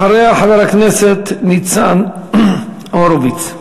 אחריה, חבר הכנסת ניצן הורוביץ.